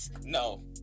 No